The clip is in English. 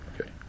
Okay